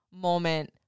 moment